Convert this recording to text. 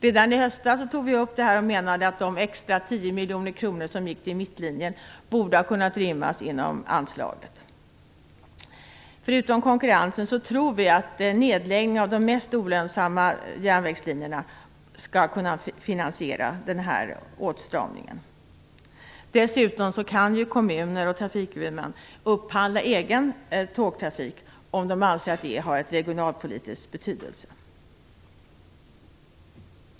Redan i höstas tog vi upp den här frågan och menade att de extra 10 miljoner kronor som gick till den s.k. Mittlinjen borde ha kunnat rymmas inom anslaget. Förutom konkurrensen tror vi att nedläggningen av de mest olönsamma järnvägslinjerna skall kunna finansiera den här åtstramningen. Dessutom kan kommuner och trafikhuvudmän upphandla egen tågtrafik om de anser att det har regionalpolitisk betydelse.